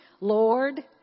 Lord